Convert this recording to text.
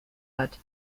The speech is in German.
hat